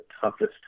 toughest